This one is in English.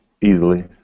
easily